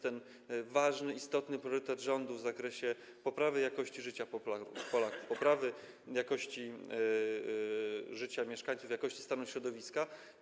To ważny, istotny priorytet rządu w zakresie poprawy jakości życia Polaków, poprawy jakości życia mieszkańców i jakości stanu środowiska.